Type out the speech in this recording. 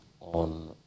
on